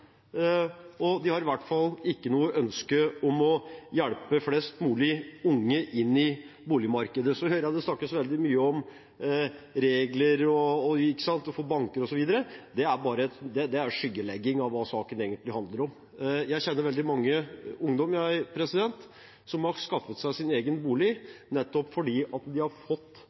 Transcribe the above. De har i hvert fall ikke noe ønske om å hjelpe flest mulig unge inn i boligmarkedet. Jeg hører at det snakkes veldig mye om regler for banker osv. Det er skyggelegging av hva saken egentlig handler om. Jeg kjenner veldig mange ungdommer som har skaffet seg sin egen bolig nettopp fordi de har fått